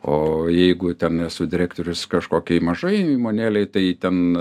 o jeigu ten esu direktorius kažkokioj mažoj įmonėlėj tai ten